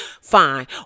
Fine